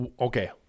okay